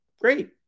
great